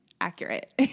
accurate